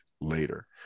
later